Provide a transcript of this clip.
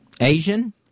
Asian